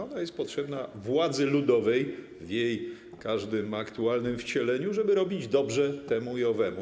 Ona jest potrzebna władzy ludowej w jej każdym aktualnym wcieleniu, żeby robić dobrze temu i owemu.